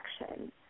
action